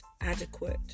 adequate